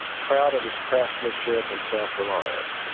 proud of his craftsmanship and self-reliance,